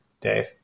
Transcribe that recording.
Dave